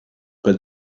but